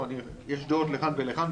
יש דעות לכאן ולכאן,